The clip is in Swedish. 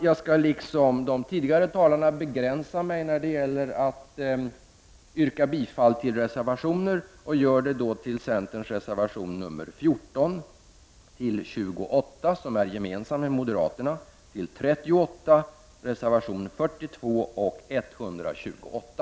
Jag skall liksom de tidigare talarna begränsa mig när det gäller att yrka bifall till reservationer, och jag yrkar därför bifall till centerns reservation 14, till reservation 28 som är gemensam för centern och moderaterna samt till centerns reservationer 38, 42 och 128.